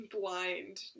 blind